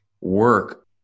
work